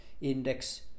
index